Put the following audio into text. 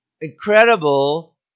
incredible